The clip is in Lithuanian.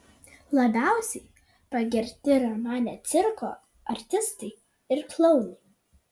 labiausiai pagerbti romane cirko artistai ir klounai